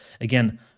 again